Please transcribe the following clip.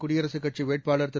குடியரசுக் கட்சி வேட்பாளர் திரு